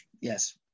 Yes